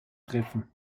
treffen